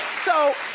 so